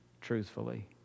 truthfully